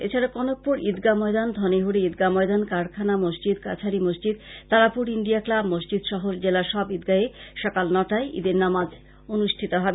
এছাড়াও Kanakpur Idgah Maidan Dhanehari Idgah Maidan Karkhana Masjid Kachhari Masjid Tarapur India club Masjid সহ জেলার সব ঈদগাহে সকাল নটায় ঈদের নামাজ অনুষ্ঠিত হবে